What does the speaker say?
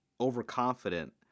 overconfident